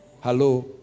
Hello